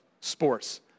sports